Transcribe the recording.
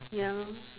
ya lor